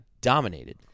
dominated